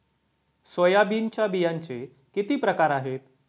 सोयाबीनच्या बियांचे किती प्रकार आहेत?